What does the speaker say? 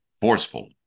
forceful